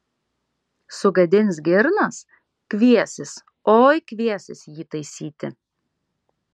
sugadins girnas kviesis oi kviesis jį taisyti